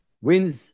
wins